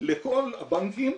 לכל הבנקים,